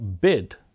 bid